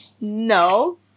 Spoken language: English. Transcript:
No